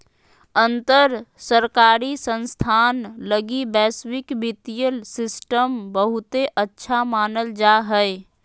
अंतर सरकारी संस्थान लगी वैश्विक वित्तीय सिस्टम बहुते अच्छा मानल जा हय